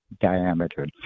diameter